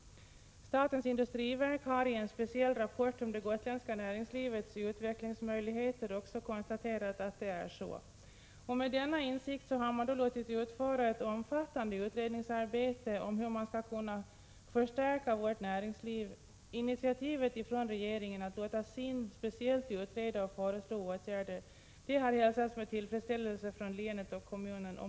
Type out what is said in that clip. Statens industriverk har i en speciell rapport om det gotländska näringslivets utvecklingsmöjligheter också konstaterat att det är så. Och med denna insikt har man låtit utföra ett omfattande utredningsarbete om hur man skall kunna förstärka vårt näringsliv. Initiativet från regeringen att låta SIND speciellt utreda och föreslå åtgärder har hälsats med tillfredsställelse från länet och kommunen.